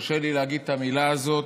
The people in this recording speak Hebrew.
קשה לי להגיד את המילה הזאת,